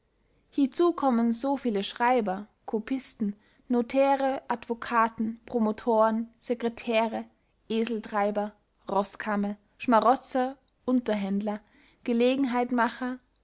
hiezu kommen so viele schreiber copisten notäre advocaten promotoren secretäre eseltreiber roßkamme schmarotzer unterhändler gelegenheitmacher